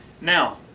Now